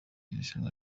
irushanwa